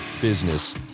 business